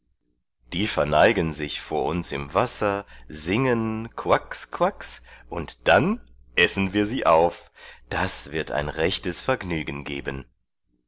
die verneigen sich vor uns im wasser singen koax koax und dann essen wir sie auf das wird ein rechtes vergnügen geben